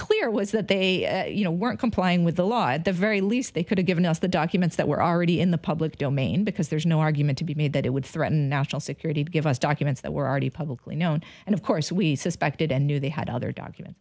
clear was that they weren't complying with the law at the very least they could have given us the documents that were already in the public domain because there's no argument to be made that it would threaten national security to give us documents that were already publicly known and of course we suspected and knew they had other documents